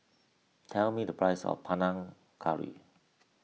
tell me the price of Panang Curry